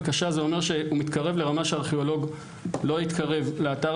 וקשה זה אומר שהוא מתקרב לרמה שארכיאולוג לא יתקרב לאתר